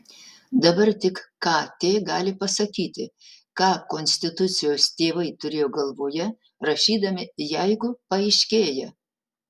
dabar tik kt gali pasakyti ką konstitucijos tėvai turėjo galvoje rašydami jeigu paaiškėja